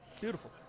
beautiful